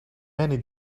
many